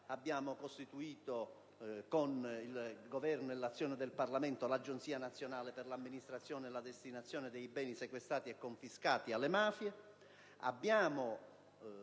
abbiamo costituito con l'azione del Governo e del Parlamento l'Agenzia nazionale per l'amministrazione e la destinazione dei beni sequestrati e confiscati alle mafie,